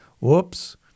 whoops